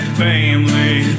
family